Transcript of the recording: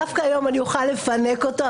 דווקא היום אני אוכל לפנק אותו,